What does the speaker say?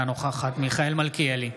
אינה נוכחת מיכאל מלכיאלי,